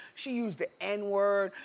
she used the n word,